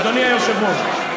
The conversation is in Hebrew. אדוני היושב-ראש,